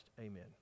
amen